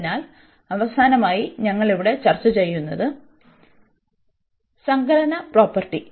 അതിനാൽ അവസാനമായി ഞങ്ങൾ ഇവിടെ ചർച്ച ചെയ്യുന്നത് അതാണ് സങ്കലന പ്രോപ്പർട്ടി